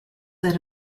that